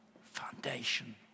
foundation